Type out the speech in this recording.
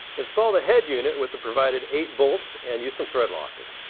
install the head unit with the provided eight bolts and use some thread locker.